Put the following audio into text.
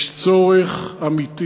יש צורך אמיתי